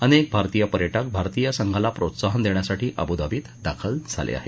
अनेक भारतीय पर्यटक भारतीय संघाला प्रोत्साहन देण्यासाठी अब्रधाबीत दाखल झाले आहेत